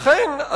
לכן,